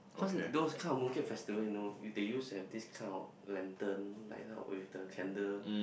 cause those kind of Mooncake Festival you know they used to have this kind of lantern like held with the candle